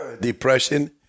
depression